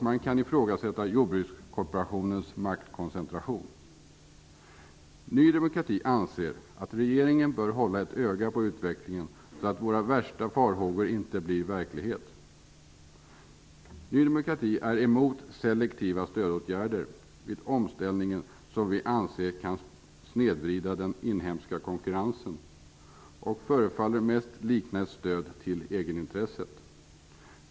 Man kan då ifrågasätta Ny demokrati anser att regeringen bör hålla ett öga på utvecklingen, så att våra värsta farhågor inte blir verklighet. Ny demokrati är emot selektiva stödåtgärder vid omställningen, då vi anser att de kan snedvrida konkurrensen och mest förefaller likna ett stöd till egenintresset.